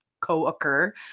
co-occur